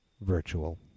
Virtual